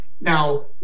Now